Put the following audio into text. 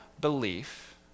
belief